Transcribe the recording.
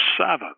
seven